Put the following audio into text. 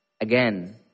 Again